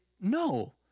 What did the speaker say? no